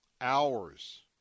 hours